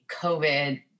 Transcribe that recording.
COVID